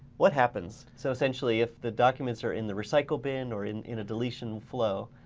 what happens? so essentially if the documents are in the recycle bin or in in a deletion flow,